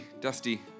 Dusty